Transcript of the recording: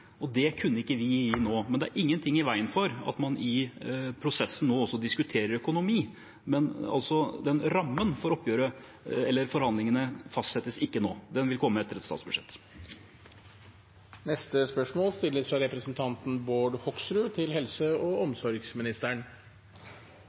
Det kunne ikke vi gi nå, men det er ingenting i veien for at man i prosessen også diskuterer økonomi. Men rammen for forhandlingene fastsettes ikke nå. Den vil komme etter at et statsbudsjett er vedtatt. «TV 2 har satt fokus på mange problemer knyttet til